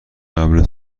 قبل